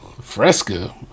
Fresca